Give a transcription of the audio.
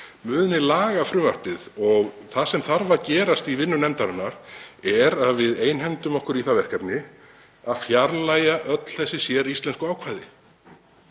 muni laga frumvarpið. Það sem þarf að gerast í vinnu nefndarinnar er að við einhendum okkur í það verkefni að fjarlægja öll þessi séríslensku ákvæði.